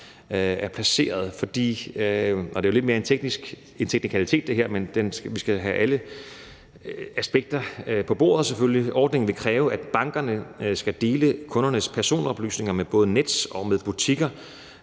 ansvar. Det her er lidt mere en teknikalitet, men vi skal selvfølgelig have alle aspekter på bordet. Ordningen vil kræve, at bankerne skal dele kundernes personoplysninger med både Nets og med butikker,